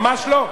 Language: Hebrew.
ממש לא.